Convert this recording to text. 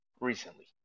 recently